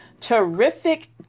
terrific